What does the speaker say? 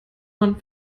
man